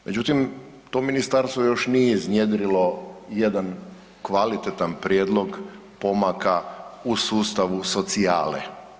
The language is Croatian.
Međutim, to ministarstvo još nije iznjedrilo jedan kvalitetan prijedlog pomaka u sustavu socijale.